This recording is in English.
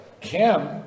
Kim